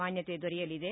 ಮಾನ್ಯತೆ ದೊರೆಯಲಿದೆ